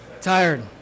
Tired